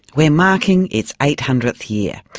we're marking its eight hundredth year.